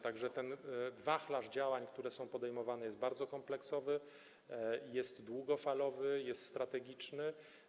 Tak że ten wachlarz działań, które są podejmowane, jest bardzo kompleksowy, długofalowy i strategiczny.